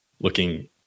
looking